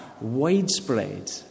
widespread